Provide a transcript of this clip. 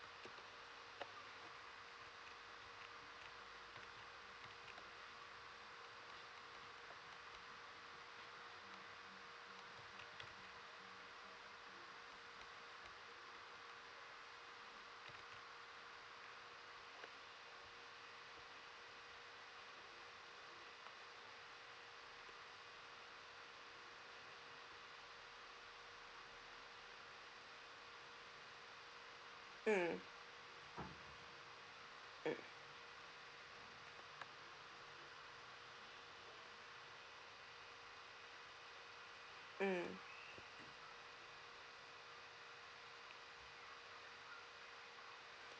mm mm mm